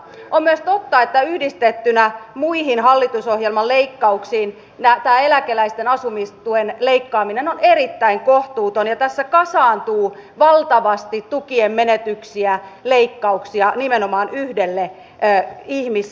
on myös totta että yhdistettynä muihin hallitusohjelman leikkauksiin tämä eläkeläisten asumistuen leikkaaminen on erittäin kohtuutonta ja tässä kasaantuu valtavasti tukien menetyksiä leikkauksia nimenomaan yhdelle ihmisryhmälle